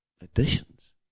additions